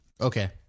Okay